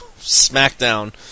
SmackDown